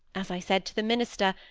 as i said to the minister,